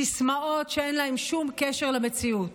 סיסמאות שאין להן שום קשר למציאות.